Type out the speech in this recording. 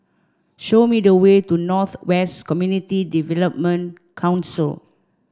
show me the way to North West Community Development Council